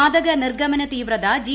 വാതക നിർഗ്ഗമന തീവ്രത ജി